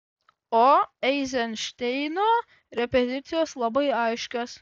o eizenšteino repeticijos labai aiškios